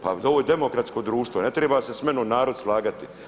Pa ovo je demokratsko društvo, ne treba se samnom narod slagati.